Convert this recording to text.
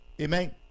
Amen